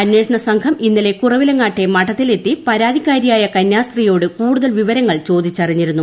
അന്വേഷണ സംഘം ഇന്നലെ കുറവിലങ്ങാട്ടെ മഠത്തിൽ എത്തി പരാതിക്കാരിയായ കന്യാസ്ത്രീയോട് കൂടുതൽ വിവരങ്ങൾ ചോദിച്ചറിഞ്ഞിരുന്നു